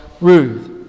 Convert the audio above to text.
Ruth